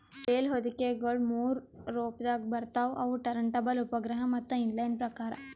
bale ಹೊದಿಕೆಗೊಳ ಮೂರು ರೊಪದಾಗ್ ಬರ್ತವ್ ಅವು ಟರಂಟಬಲ್, ಉಪಗ್ರಹ ಮತ್ತ ಇನ್ ಲೈನ್ ಪ್ರಕಾರ್